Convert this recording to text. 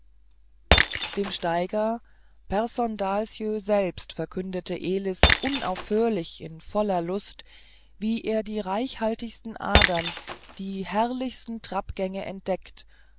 dem steiger pehrson dahlsjö selbst verkündete elis unaufhörlich in voller lust wie er die reichhaltigsten adern die herrlichsten trappgänge entdeckt